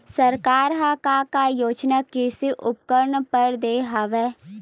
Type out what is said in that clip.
सरकार ह का का योजना कृषि उपकरण बर दे हवय?